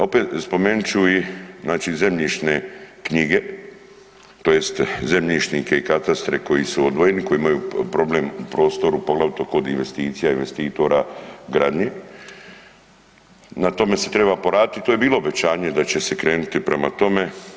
Opet, spomenut ću i zemljišne knjige tj. zemljišnike i katastre koji su odvojeni, koji imaju problem u prostoru, poglavito kod investicija i investitora gradnje, na tome se treba poraditi i to je bilo obećanje da će se krenuti prema tome.